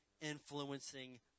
influencing